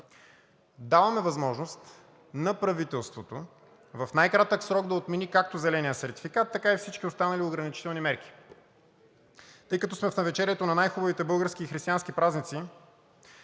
даваме възможност на правителството в най-кратък срок да отмени както зеления сертификат, така и всички останали ограничителни мерки. Тъй като сме в навечерието на най хубавите български християнски празници,